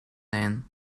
lijn